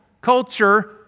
culture